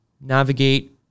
Navigate